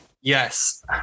Yes